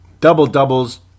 Double-doubles